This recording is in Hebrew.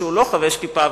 שהוא לא חובש כיפה,